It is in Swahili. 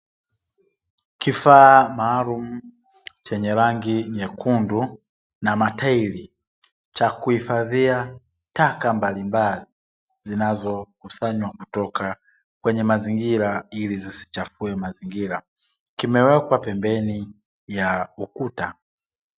Kifaa maalumu chenye rangi nyekundu na matairi cha kuhifadhia taka mbalimbali, zinazokusanywa kutoka kwenye mazingira ili zisichafue mazingira kimewekwa pembeni ya ukuta.